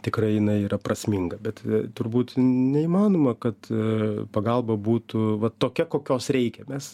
tikrai jinai yra prasminga bet turbūt neįmanoma kad pagalba būtų va tokia kokios reikia mes